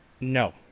No